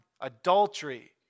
adultery